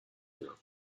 will